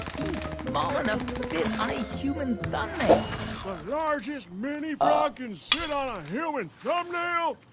he's small enough to fit on a human thumbnail the largest mini frog can sit on a human thumbnail?